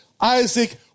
Isaac